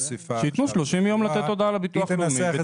שייתנו 30 ימים לתת הו דעה לביטוח הלאומי.